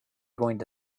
gonna